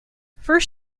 first